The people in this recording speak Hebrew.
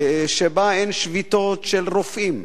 שאין בה שביתות של רופאים,